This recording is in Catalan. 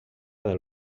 del